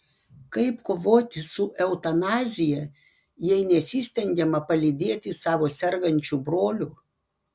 kaip kovoti su eutanazija jei nesistengiama palydėti savo sergančių brolių